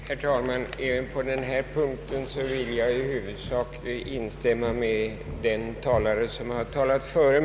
Herr talman! Även på denna punkt vill jag i huvudsak instämma med den föregående talaren.